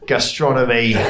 Gastronomy